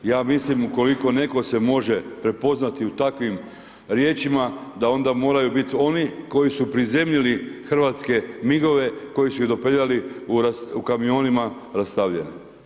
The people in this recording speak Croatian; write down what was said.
Ja mislim ukoliko netko se može prepoznati u takvim riječima da onda moraju biti oni koji su prizemljili hrvatske migove, koji su ih dopeljali u kamionima rastavljene.